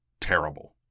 terrible